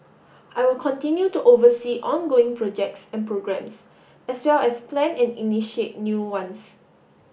I will continue to oversee ongoing projects and programs as well as plan and initiate new ones